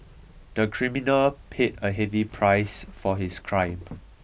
the criminal paid a heavy price for his crime